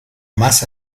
más